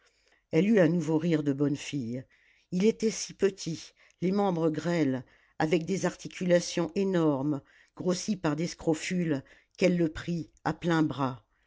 elle eut un nouveau rire de bonne fille il était si petit les membres grêles avec des articulations énormes grossies par des scrofules qu'elle le prit à pleins bras